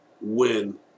win